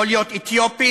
יכול להיות אתיופי,